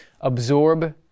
absorb